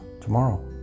tomorrow